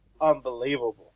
unbelievable